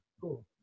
Cool